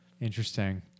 Interesting